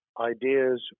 ideas